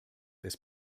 this